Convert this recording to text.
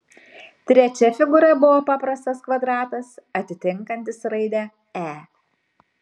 trečia figūra buvo paprastas kvadratas atitinkantis raidę e